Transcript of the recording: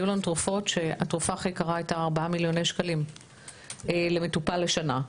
היו לנו תרופות שהתרופה הכי יקרה הייתה 4 מיליוני שקלים למטופל לשנה.